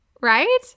Right